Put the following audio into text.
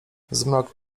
zmrok